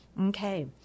Okay